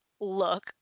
look